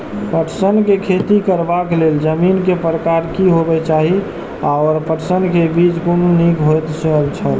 पटसन के खेती करबाक लेल जमीन के प्रकार की होबेय चाही आओर पटसन के बीज कुन निक होऐत छल?